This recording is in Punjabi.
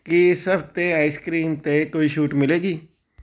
ਕੀ ਇਸ ਹਫ਼ਤੇ ਆਈਸਕਰੀਮ 'ਤੇ ਕੋਈ ਛੋਟ ਮਿਲੇਗੀ